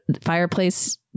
fireplace